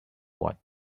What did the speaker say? what